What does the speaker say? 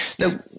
Now